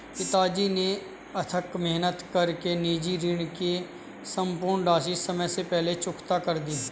पिताजी ने अथक मेहनत कर के निजी ऋण की सम्पूर्ण राशि समय से पहले चुकता कर दी